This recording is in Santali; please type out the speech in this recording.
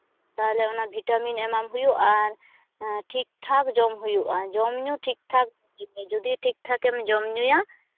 ᱛᱟᱦᱚᱞᱮ ᱚᱱᱟ ᱵᱷᱤᱴᱟᱢᱤᱱ ᱮᱢᱟᱢ ᱦᱩᱭᱩᱜᱼᱟ ᱟᱨ ᱴᱷᱤᱠ ᱴᱷᱟᱠ ᱡᱚᱢ ᱦᱩᱭᱩᱜᱼᱟ ᱡᱚᱢ ᱧᱩ ᱴᱷᱤᱠ ᱴᱷᱟᱠ ᱡᱚᱫᱤ ᱴᱷᱤᱠ ᱴᱷᱟᱠ ᱮᱢ ᱡᱚᱢ ᱧᱩᱭᱟ